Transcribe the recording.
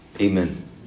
Amen